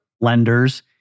lenders